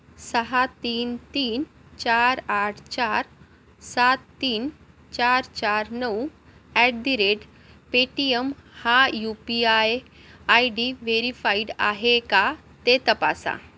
सहा तीन तीन चार आठ चार सात तीन चार चार नऊ at the rate Paytm हा U P I I D verified आहे का ते तपासा